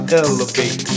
elevate